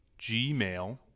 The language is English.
gmail